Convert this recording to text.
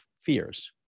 fears